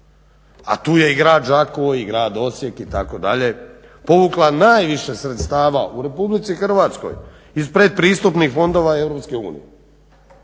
a tu je i grad Đakovo i grad Osijek itd. povukla najviše sredstava u RH iz pretpristupnih fondova EU,